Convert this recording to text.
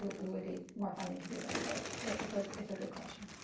we would need more funding to do that, but it's ah it's a good question.